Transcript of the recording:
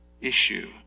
issue